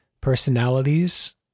personalities